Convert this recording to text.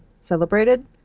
celebrated